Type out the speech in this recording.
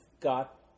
got